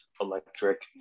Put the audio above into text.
electric